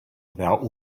without